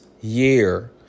year